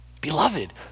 Beloved